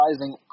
rising